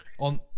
on